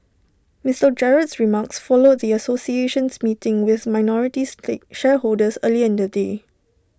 Mister Gerald's remarks followed the association's meeting with minority shareholders earlier in the day